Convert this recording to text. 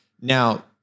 Now